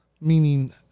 meaning